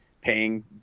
paying